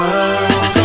world